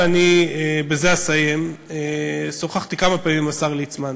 ואני בזה אסיים: שוחחתי כמה פעמים עם השר ליצמן,